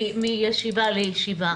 בכל ישיבה.